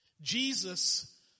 Jesus